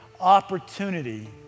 opportunity